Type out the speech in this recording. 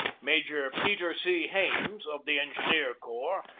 major peter c. hains, of the engineer corps,